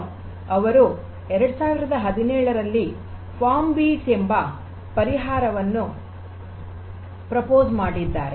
al ಅವರು 2017 ರಲ್ಲಿ farm beats ಎಂಬ ಪರಿಹಾರವನ್ನು ಪ್ರಸ್ತಾಪ ಮಾಡಿದ್ದಾರೆ